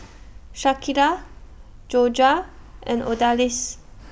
Shakira Jorja and Odalis